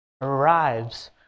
arrives